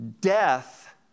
death